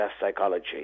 psychology